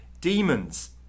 demons